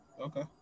Okay